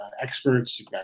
experts